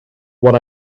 what